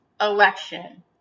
election